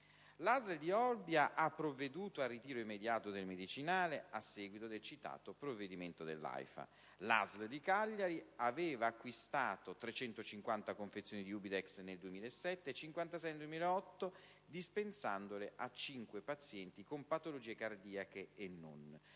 L'ASL di Olbia ha provveduto al ritiro immediato del medicinale a seguito del citato provvedimento dell'AIFA. L'ASL di Cagliari aveva acquistato 350 confezioni di Ubidex nel 2007 e 56 nel 2008, dispensandole a cinque pazienti con patologie cardiache e non,